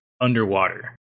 underwater